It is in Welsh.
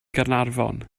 gaernarfon